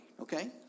okay